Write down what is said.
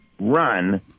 run